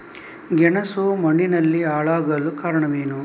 ಗೆಣಸು ಮಣ್ಣಿನಲ್ಲಿ ಹಾಳಾಗಲು ಕಾರಣವೇನು?